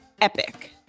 epic